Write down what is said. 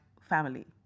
family